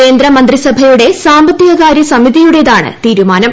കേന്ദ്രമന്ത്രിസഭയുടെ സാമ്പത്തിക കാര്യ സമിതിയുടേതാണ് തീരുമാനം